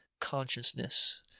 consciousness